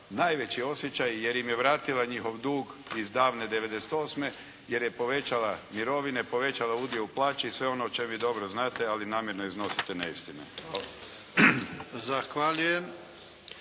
najveći osjećaj jer im je vratila njihov dug iz davne 98. jer je povećala mirovine, povećala udio u plaće, i sve ono o čemu vi dobro znate, ali namjerno iznosite neistinite.